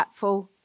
impactful